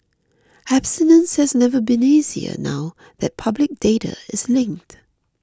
abstinence has never been easier now that public data is linked